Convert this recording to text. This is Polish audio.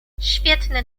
świetny